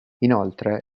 inoltre